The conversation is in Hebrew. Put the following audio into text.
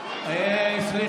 עידית, יש הסכם.